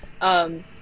Um-